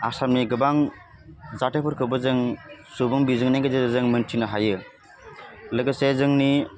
आसामनि गोबां जाथायफोरखौबो जों सुबुं बिजोंनि गेजेरजों जों मोन्थिनो हायो लोगोसे जोंनि